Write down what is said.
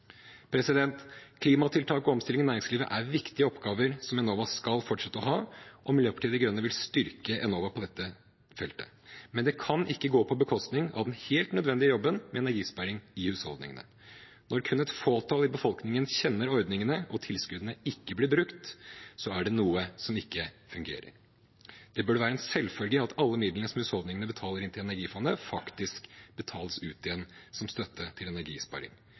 Klimatiltak og omstilling i næringslivet er viktige oppgaver som Enova skal fortsette å ha, og Miljøpartiet De Grønne vil styrke Enova på dette feltet. Men det kan ikke gå på bekostning av den helt nødvendige jobben med energisparing i husholdningene. Når kun et fåtall i befolkningen kjenner ordningene og tilskuddene ikke blir brukt, er det noe som ikke fungerer. Det burde være en selvfølge at alle midlene som husholdningene betaler inn til energifondet, faktisk betales ut igjen som støtte til energisparing.